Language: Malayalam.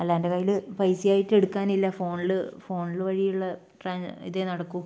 അല്ല എൻ്റെ കയ്യിൽ പൈസ ആയിട്ട് എടുക്കാൻ ഇല്ല ഫോണിൽ ഫോണിൽ വഴി ഉള്ള ട്രാൻ ഇതേ നടക്കൂ